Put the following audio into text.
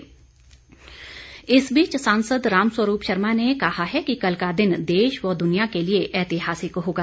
भाजपा इस बीच सांसद रामस्वरूप शर्मा ने कहा है कि कल का दिन देश व दुनिया के लिए एतिहासिक होगा